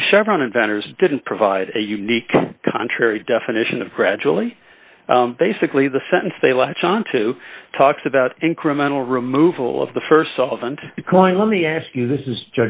the chevron inventors didn't provide a unique contrary definition of gradually basically the sentence they latch onto talks about incremental removal of the st solvent decline let me ask you this is